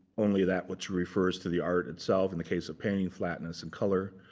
only that which refers to the art itself. in the case of painting, flatness and color.